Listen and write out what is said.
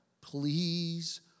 please